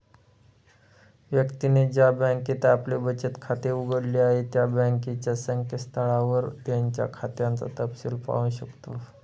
व्यक्तीने ज्या बँकेत आपले बचत खाते उघडले आहे त्या बँकेच्या संकेतस्थळावर त्याच्या खात्याचा तपशिल पाहू शकतो